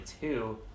two